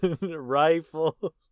rifle